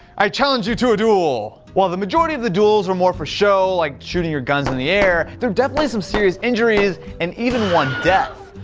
i challenge you to a duel! while the majority of the duels were more for show, like shooting your guns in the air, there were definitely some serious injuries and even one death.